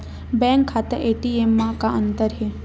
Bank खाता ATM मा का अंतर हे?